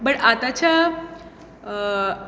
but आतांच्या